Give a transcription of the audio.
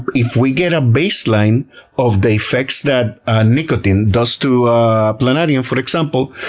if we get a baseline of the effects that ah nicotine does to planarians, for example,